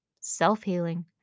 self-healing